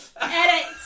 Edit